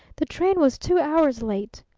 the train was two hours late!